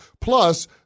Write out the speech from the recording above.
Plus